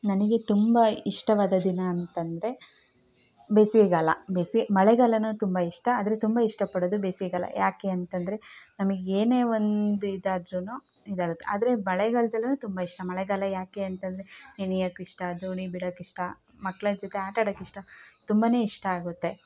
ನನಗೆ ತುಂಬ ಇಷ್ಟವಾದ ದಿನ ಅಂತಂದರೆ ಬೇಸಿಗೆಗಾಲ ಬೇಸಿಗೆ ಮಳೆಗಾಲನು ತುಂಬ ಇಷ್ಟ ಆದರೆ ತುಂಬ ಇಷ್ಟ ಪಡೋದು ಬೇಸಿಗೆಗಾಲ ಯಾಕೆ ಅಂತಂದರೆ ನಮಿಗೆ ಏನೇ ಒಂದು ಇದಾದರೂನು ಇದಾಗತ್ತೆ ಆದರೆ ಮಳೆಗಾಲದಲ್ಲುನು ತುಂಬ ಇಷ್ಟ ಮಳೆಗಾಲ ಯಾಕೆ ಅಂತಂದರೆ ನೆನೆಯಕ್ಕೆ ಇಷ್ಟ ದೋಣಿ ಬಿಡಕ್ಕೆ ಇಷ್ಟ ಮಕ್ಕಳ ಜೊತೆ ಆಟ ಆಡಕ್ಕೆ ಇಷ್ಟ ತುಂಬಾ ಇಷ್ಟ ಆಗುತ್ತೆ